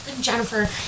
Jennifer